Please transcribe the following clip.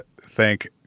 Thank